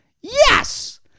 Yes